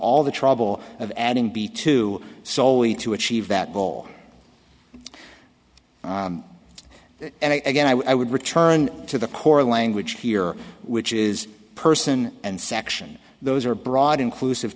all the trouble of adding b to soley to achieve that goal and again i would return to the core language here which is person and section those are broad inclusive